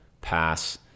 pass